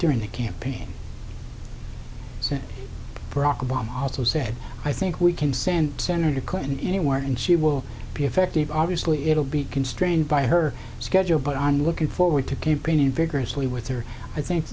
during the campaign for octomom also said i think we can send senator clinton anywhere and she will be effective obviously it'll be constrained by her schedule but on looking forward to campaigning vigorously with her i think